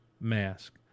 Mask